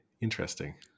Interesting